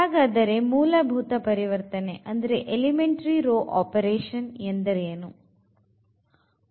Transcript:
ಹಾಗಾದರೆ ಮೂಲಭೂತ ಪರಿವರ್ತನೆ ಎಂದರೇನು